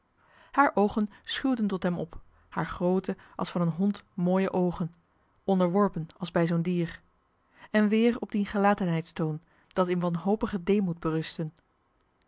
haar oogen schuwden tot hem op haar groote als van een hond mooie oogen onderworpen als bij zoo'n dier en weer op dien gelatenheidstoon dat in wanhopigen deemoed berusten